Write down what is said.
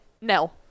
no